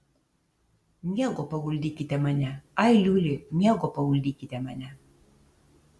miego paguldykite mane ai liuli miego paguldykite mane